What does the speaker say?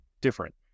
different